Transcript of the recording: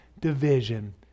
division